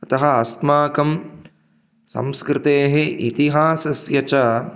अतः अस्माकं संस्कृतेः इतिहासस्य च